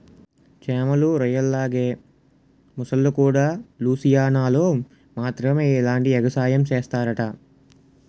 చేమలు, రొయ్యల్లాగే మొసల్లుకూడా లూసియానాలో మాత్రమే ఇలాంటి ఎగసాయం సేస్తరట